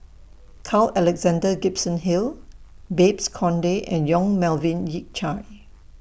Carl Alexander Gibson Hill Babes Conde and Yong Melvin Yik Chye